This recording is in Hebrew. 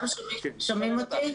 שומעים אותי?